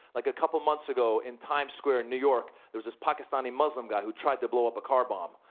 like a couple months ago in times square in new york, there was a pakistani muslim guy who tried to blow up a car bomb.